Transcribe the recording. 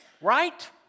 Right